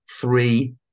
three